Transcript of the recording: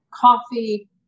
coffee